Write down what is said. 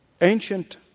Ancient